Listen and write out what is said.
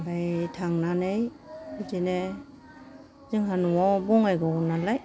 ओमफ्राय थांनानै बिदिनो जोंहा न'आव बङाइगावआव नालाय